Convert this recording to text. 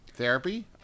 therapy